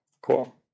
Cool